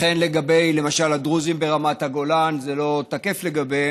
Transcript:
לכן למשל הדרוזים ברמת הגולן, זה לא תקף לגביהם,